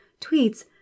tweets